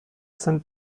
sind